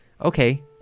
okay